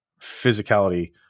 physicality